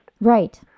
Right